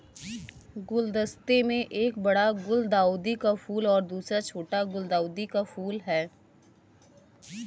गुलदस्ते में एक बड़ा गुलदाउदी का फूल और दूसरा छोटा गुलदाउदी का फूल है